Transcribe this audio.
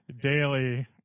daily –